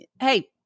Hey